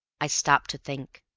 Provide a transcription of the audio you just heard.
i stopped to think,